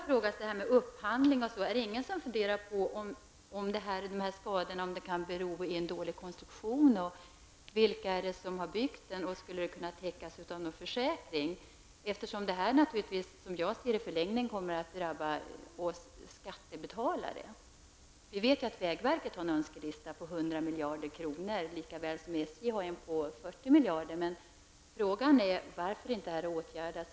Beträffande upphandlingen vill jag fråga om skadorna kan bero på en dålig konstruktion. Vilka har byggt bron, och skulle skadorna kunna täckas av någon försäkring? Kostnaderna kommer ju i förlängningen annars att drabba oss skattebetalare. Vägverket har en önskelista på 100 miljarder, på samma sätt som SJ, vars önskelista uppgår till 40 miljarder. Frågan är varför skadorna inte har åtgärdats.